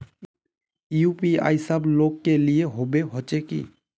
UPI सब लोग के लिए होबे होचे की?